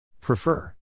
Prefer